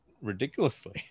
ridiculously